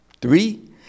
Three